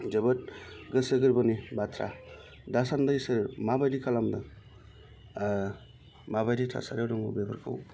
जोबोर गोसो गोरबोनि बाथ्रा दासान्दि सोर माबादि खालामदों माबादि थासारियाव दङ बेफोरखौ